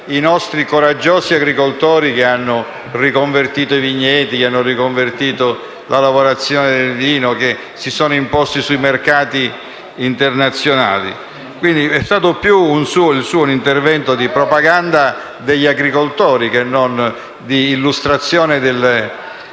i nostri coraggiosi agricoltori che hanno riconvertito i vigneti, che hanno riconvertito la lavorazione del vino, che si sono imposti sui mercati internazionali. Il suo è stato più un intervento di propaganda degli agricoltori che non di illustrazione dei